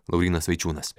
laurynas vaičiūnas